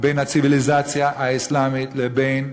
בין הציוויליזציה האסלאמית לבין,